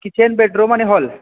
kitchen bedroom आणि hall